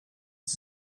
sie